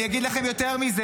אני אגיד לכם יותר מזה,